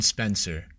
Spencer